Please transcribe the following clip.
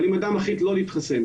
אבל אם אדם מחליט לא להתחסן,